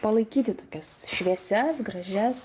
palaikyti tokias šviesias gražias